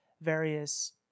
various